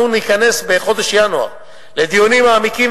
אנחנו ניכנס בחודש ינואר לדיונים מעמיקים,